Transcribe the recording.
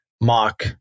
mock